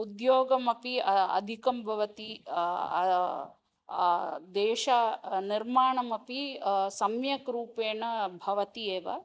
उद्योगमपि अ अधिकं भवति देशनिर्माणमपि सम्यक्रूपेण भवति एव